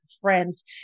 friends